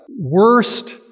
worst